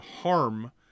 harm